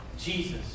Jesus